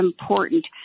important